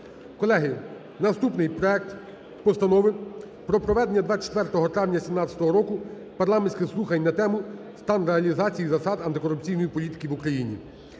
Колеги, наступний проект Постанови про проведення 24 травня 2017 року парламентських слухань на тему: "Стан реалізації засад антикорупційної політики в Україні"